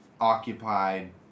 occupied